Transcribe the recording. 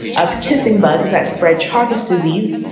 of kissing bugs that spread chagas disease,